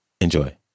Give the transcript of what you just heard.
Enjoy